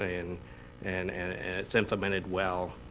ah and and and and it's implemented well,